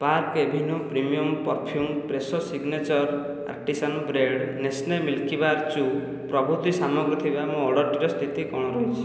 park Avenue premium perfume Fresho signature artisan bread Nestle Milkybar choo ପ୍ରଭୃତି ସାମଗ୍ରୀ ଥିବା ମୋ ଅର୍ଡ଼ର୍ଟି ସ୍ଥିତି କ'ଣ ରହିଛି